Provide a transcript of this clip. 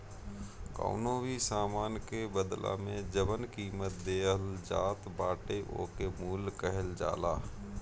कवनो भी सामान के बदला में जवन कीमत देहल जात बाटे ओके मूल्य कहल जाला